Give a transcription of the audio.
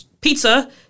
pizza